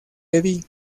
eddie